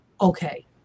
okay